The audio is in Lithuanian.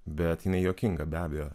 bet jinai juokinga be abejo